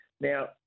Now